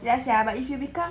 ya sia but if you become